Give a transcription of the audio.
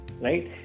Right